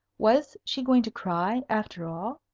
was she going to cry, after all?